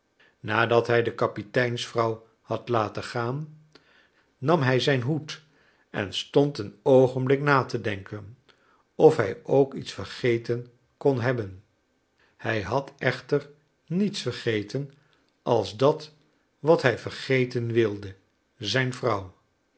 nadat hij de kapiteinsvrouw had laten gaan nam hij zijn hoed en stond een oogenblik na te denken of hij ook iets vergeten kon hebben hij had echter niets vergeten als dat wat hij vergeten wilde zijn vrouw